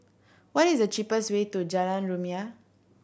what is the cheapest way to Jalan Rumia